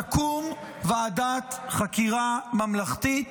תקום ועדת חקירה ממלכתית,